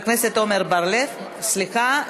סליחה.